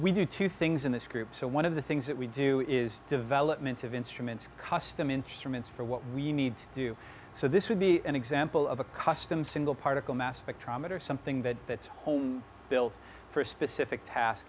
we do two things in this group so one of the things that we do is development of instruments custom instruments for what we need to do so this would be an example of a custom single particle mass spectrometer something that built for a specific task